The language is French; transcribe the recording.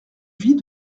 vie